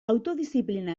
autodiziplina